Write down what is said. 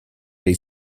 dai